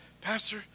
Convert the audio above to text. Pastor